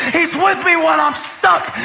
he's with me when i'm stuck.